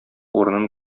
урынын